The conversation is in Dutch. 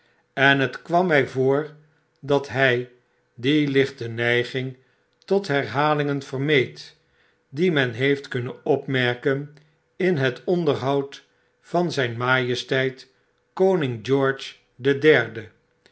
en het kwam mi voor dat hij die lichte neiging tot herhalingen vermeed die men heeft kunnen opmerken in het onderhoud van zyn majesteit koning george den derde